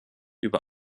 über